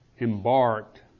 embarked